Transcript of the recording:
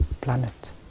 planet